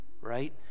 right